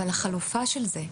אבל החלופה של זה,